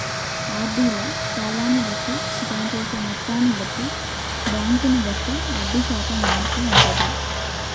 RD లో కాలాన్ని బట్టి, జమ చేసే మొత్తాన్ని బట్టి, బ్యాంకును బట్టి వడ్డీ శాతం మారుతూ ఉంటది